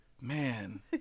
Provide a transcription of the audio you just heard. man